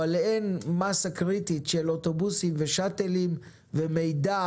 אבל אין מסה קריטית של אוטובוסים ושאטלים ומידע